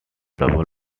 double